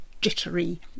jittery